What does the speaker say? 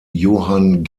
johann